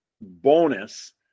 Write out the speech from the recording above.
bonus